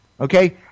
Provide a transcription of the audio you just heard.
okay